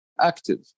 active